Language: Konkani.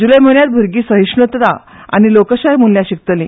जुलय म्हयन्यांत भुरगीं सहिष्णूता आनी लोकशाय मुल्यां शिकतली